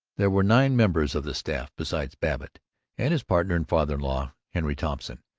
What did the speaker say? there were nine members of the staff, besides babbitt and his partner and father-in-law, henry thompson,